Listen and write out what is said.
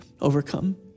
overcome